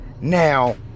Now